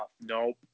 Nope